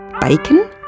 bacon